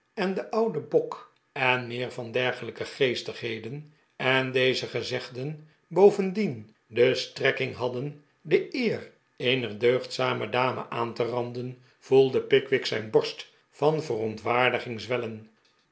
en een ouden bok en meer van dergelijke geestigheden en deze gezegden bovendien de strekking hadden de eer eener deugdzame dame aan te randen voelde pickwick zijn borst van verontwaardiging zwellen